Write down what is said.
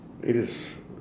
it is